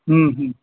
હં હં